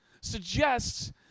suggests